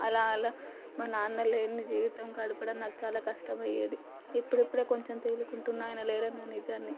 అలా అలా మా నాన్న లేని జీవితం గడపడం నాకు చాలా కష్టం అయ్యేది ఇప్పుడు ఇప్పుడే కొంచెం తేరుకుంటున్నాను ఆయన లేరన్న నిజాన్ని